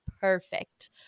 perfect